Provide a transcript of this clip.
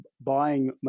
buying